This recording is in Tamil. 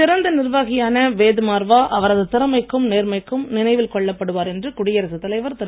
சிறந்த நிர்வாகியான வேத் மார்வா அவரது திறமைக்கும் நேர்மைக்கும் நினைவில் கொள்ளப்படுவார் என்று குடியரசுத் தலைவர் திரு